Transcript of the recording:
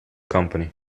company